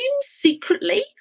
secretly